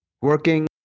working